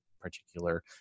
particular